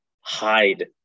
hide